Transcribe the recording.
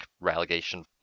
relegation